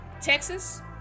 Texas